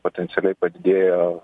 potencialiai padidėjo